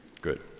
Good